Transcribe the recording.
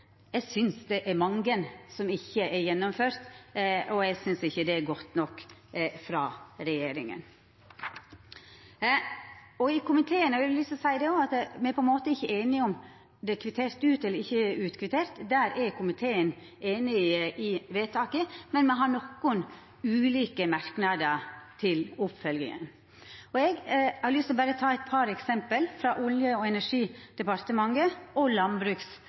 Eg synest det er mange som ikkje er gjennomførte, og eg synest ikkje det er godt nok av regjeringa. Eg har òg lyst til å seia at i komiteen er me ikkje einige om det er kvittert ut eller ikkje. Der er komiteen einig i vedtaka, men me har nokre ulike merknader til oppfølginga. Eg har lyst til å ta berre eit par eksempel, frå Olje- og energidepartementet og